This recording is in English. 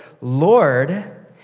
Lord